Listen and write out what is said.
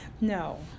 No